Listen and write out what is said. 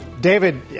David